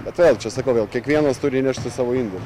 bet tai vėl čia sakau gal kiekvienas turi įnešti savo indėlį